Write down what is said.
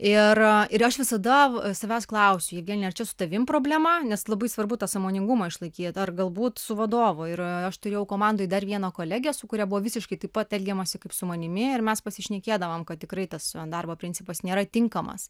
ir ir aš visada savęs klausiu jevgenija arčia su tavim problema nes labai svarbu tą sąmoningumą išlaikyt ar galbūt su vadovu ir aš turėjau komandoj dar vieną kolegę su kuria buvo visiškai taip pat elgiamasi kaip su manimi ir mes pasišnekėdavom kad tikrai tas darbo principas nėra tinkamas